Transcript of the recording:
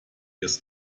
ist